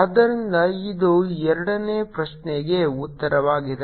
ಆದ್ದರಿಂದ ಇದು ಎರಡನೇ ಪ್ರಶ್ನೆಗೆ ಉತ್ತರವಾಗಿದೆ